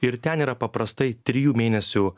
ir ten yra paprastai trijų mėnesių